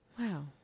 Wow